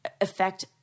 affect